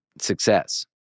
success